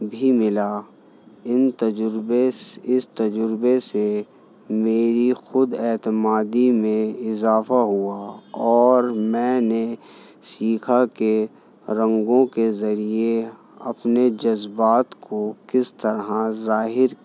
بھی ملا ان تجربے اس تجربے سے میری خود اعتمادی میں اضافہ ہوا اور میں نے سیکھا کے رنگوں کے ذریعے اپنے جذبات کو کس طرح ظاہر